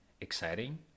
exciting